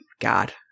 God